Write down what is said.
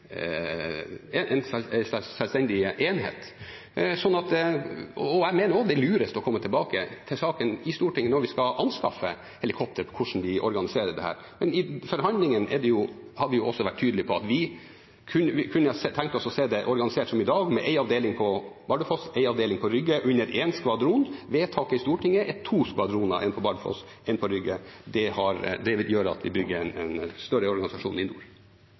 når vi skal anskaffe helikopter. I forhandlingene har vi også vært tydelige på at vi kunne tenke oss å se dette organisert som i dag, med en avdeling på Bardufoss og en avdeling på Rygge, under én skvadron. Vedtaket i Stortinget er to skvadroner: én på Bardufoss og én på Rygge. Det gjør at vi bygger en større organisasjon i nord.